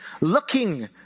looking